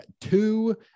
two